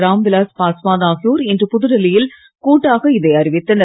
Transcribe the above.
ராம்விலாஸ் பாஸ்வான் ஆகியோர் இன்று புதுடெல்லியில் கூட்டாக இதை அறிவித்தனர்